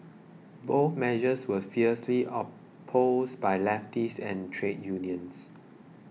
both measures were fiercely opposed by leftists and trade unions